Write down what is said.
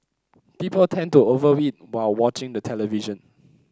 people tend to over while watching the television